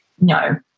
no